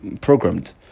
programmed